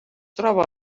troba